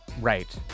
right